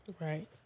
Right